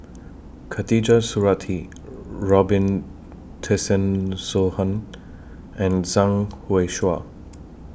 Khatijah Surattee Robin Tessensohn and Zhang